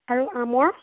আৰু আমৰ